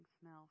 smell